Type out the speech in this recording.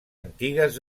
antigues